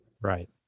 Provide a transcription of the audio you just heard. Right